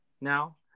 Now